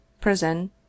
prison